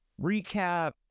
recap